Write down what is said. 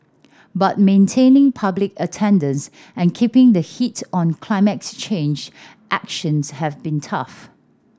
but maintaining public attendance and keeping the heat on climate change actions have been tough